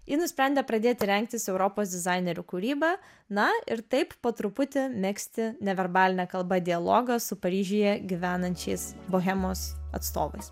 ji nusprendė pradėti rengtis europos dizainerių kūryba na ir taip po truputį megzti neverbaline kalba dialogą su paryžiuje gyvenančiais bohemos atstovais